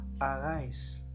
Arise